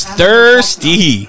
thirsty